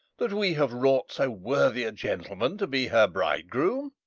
that we have wrought so worthy a gentleman to be her bridegroom?